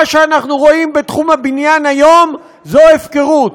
מה שאנחנו רואים בתחום הבניין היום זו הפקרות.